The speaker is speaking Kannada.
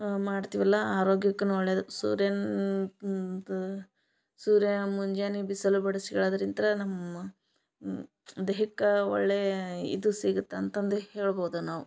ಅ ಮಾಡ್ತಿವಲ್ಲ ಆರೋಗ್ಯಕನು ಒಳ್ಳೆಯದು ಸೂರ್ಯನ ಸೂರ್ಯ ಮುಂಜಾನಿ ಬಿಸಿಲ್ ಬಡ್ಸ್ಕಳದರಿಂತ್ರ ನಮ್ಮ ದೇಹಕ್ಕ ಒಳ್ಳೆಯಾ ಇದು ಸಿಗತ್ತ್ ಅಂತಂದು ಹೇಳ್ಬೋದು ನಾವು